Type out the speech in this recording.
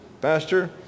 Pastor